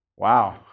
Wow